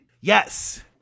Yes